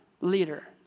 leader